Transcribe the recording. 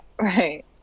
right